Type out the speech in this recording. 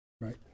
Right